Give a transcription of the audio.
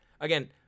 again